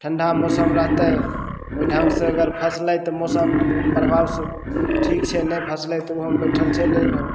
ठण्डा मौसम रहतय ओइ ढङ्गसँ अगर फसलय तऽ मौसम प्रभावसँ ठीक छै नहि फसलय तऽ उहोमे बैठल चलि अइलहुँ